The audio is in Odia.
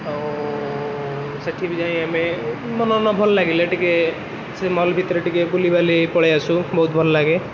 ଆଉ ସେଇଠି ବି ଯାଇ ଆମେ ମନ ନ ଭଲ ଲାଗିଲେ ଟିକିଏ ସେଇ ମଲ ଭିତରେ ଟିକିଏ ବୁଲିବାଲି ପଳାଇଆସୁ ବହୁତ ଭଲ ଲାଗେ